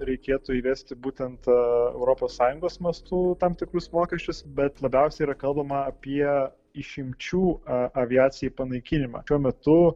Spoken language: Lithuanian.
reikėtų įvesti būtent tą europos sąjungos mastu tam tikrus mokesčius bet labiausiai yra kalbama apie išimčių a aviacijai panaikinimą šiuo metu